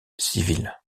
civils